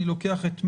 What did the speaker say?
אני לוקח את מאי,